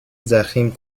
ضخیم